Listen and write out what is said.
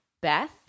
Beth